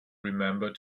remember